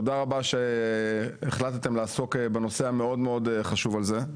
תודה רבה שהחלטתם לעסוק בנושא המאוד מאוד חשוב הזה.